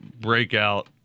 breakout